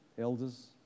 elders